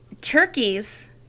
turkeys